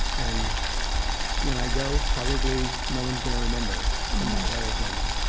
and when i go probably no one's going to remember in that way again.